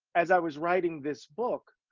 as i was writing this book,